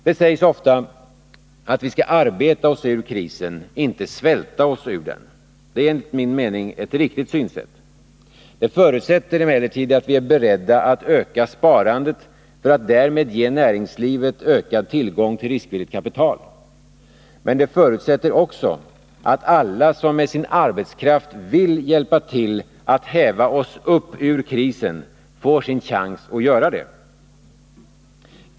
Det sägs ofta att vi skall arbeta oss ur krisen, inte svälta oss ur den. Det är enligt min mening ett riktigt synsätt. Det förutsätter emellertid att vi är beredda att öka sparandet för att därmed ge näringslivet ökad tillgång till riskvilligt kapital. Men det förutsätter också att alla som med sin arbetskraft vill hjälpa till att häva oss upp ur krisen får sin chans att göra det.